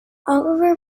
oliver